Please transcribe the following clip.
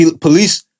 Police